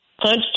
punch